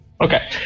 Okay